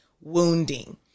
wounding